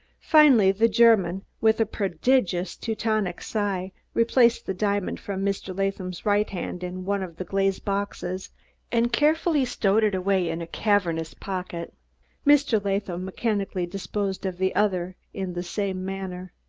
finally the german, with a prodigious teutonic sigh, replaced the diamond from mr. latham's right hand in one of the glazed boxes and carefully stowed it away in a cavernous pocket mr. latham mechanically disposed of the other in the same manner.